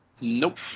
Nope